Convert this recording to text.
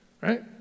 right